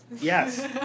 Yes